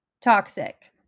toxic